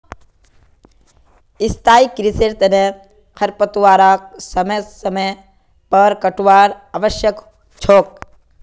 स्थाई कृषिर तना खरपतवारक समय समय पर काटवार आवश्यक छोक